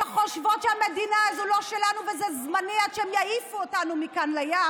שחושבות שהמדינה הזו לא שלנו וזה זמני עד שהם יעיפו אותנו מכאן לים,